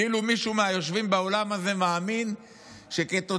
כאילו מישהו מהיושבים באולם הזה מאמין שכתוצאה